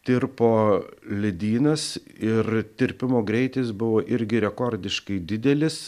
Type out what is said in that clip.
tirpo ledynas ir tirpimo greitis buvo irgi rekordiškai didelis